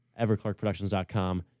Everclarkproductions.com